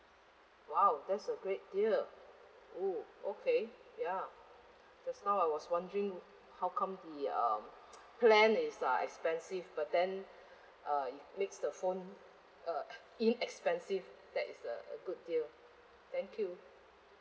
!wow! that's a great deal oh okay ya just now I was wondering how come the uh plan is uh expensive but then uh it makes the phone uh inexpensive that is a good deal thank you